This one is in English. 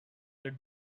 their